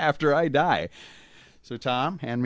after i die so tom and